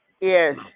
Yes